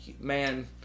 man